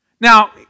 Now